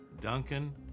Duncan